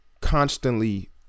constantly